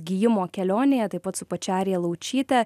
gijimo kelionėje taip pat su pačia arija laučyte